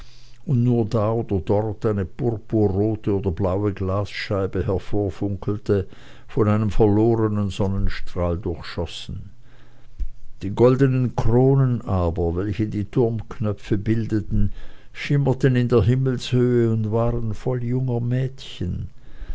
und nur da oder dort eine purpurrote oder blaue glasscheibe hervorfunkelte von einem verlorenen sonnenstrahl durchschossen die goldenen kronen aber welche die turmknöpfe bildeten schimmerten in der himmelshöhe und waren voll junger mädchen